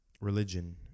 religion